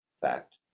fact